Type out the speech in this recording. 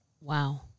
Wow